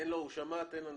הוא שמע, תן לו.